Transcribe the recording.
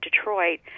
Detroit